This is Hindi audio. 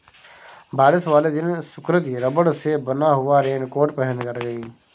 बारिश वाले दिन सुकृति रबड़ से बना हुआ रेनकोट पहनकर गई